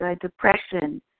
depression